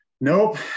Nope